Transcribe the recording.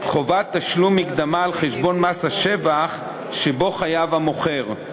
חובת תשלום מקדמה על חשבון מס השבח שבו חייב המוכר,